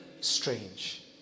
strange